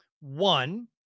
One